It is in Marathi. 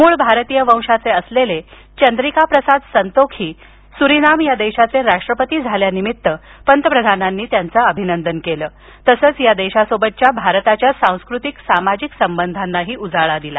मूळ भारतीय वंशाचे असलेले चंद्रिका प्रसाद संतोखी सुरीनाम या देशाचे राष्ट्रपती झाल्यानिमित्त पंतप्रधानांनी त्यांच अभिनंदन केल तसंच या देशासोबतच्या भारताच्या सास्कृतिक सामाजिक संबधांना उजाळा दिला